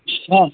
অঁ